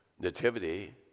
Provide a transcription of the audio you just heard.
nativity